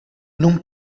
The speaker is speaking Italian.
non